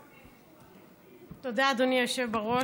תודה, אדוני היושב-ראש.